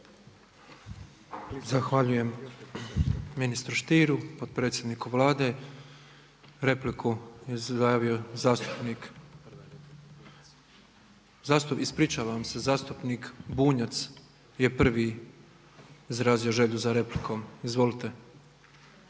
Zahvaljujem ministru Stieru, potpredsjedniku Vlade. Za repliku se javio zastupnik, ispričavam se zastupnik Bunjac je prvi izrazio želju za replikom. Izvolite.